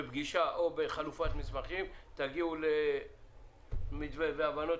בפגישה או בחלופת מסמכים ותגיעו למתווה והבנות.